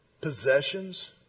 possessions